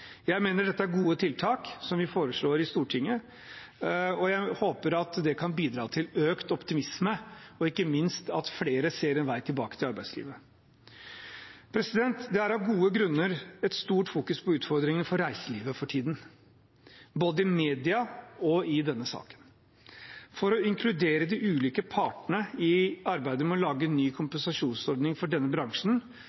Jeg mener dette er gode tiltak, som vi foreslår i Stortinget. Jeg håper at det kan bidra til økt optimisme, og ikke minst til at flere ser en vei tilbake til arbeidslivet. Det er av gode grunner fokusert mye på utfordringene til reiselivet for tiden, både i media og i denne salen. For å inkludere de ulike partene i arbeidet med å lage en ny